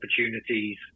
opportunities